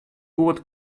goed